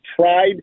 tried